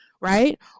right